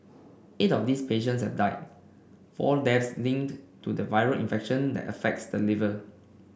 eight of these patients have died four deaths linked to the viral infection that affects the liver